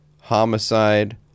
Homicide